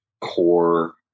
core